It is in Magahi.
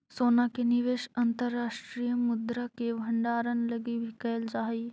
सोना के निवेश अंतर्राष्ट्रीय मुद्रा के भंडारण लगी भी कैल जा हई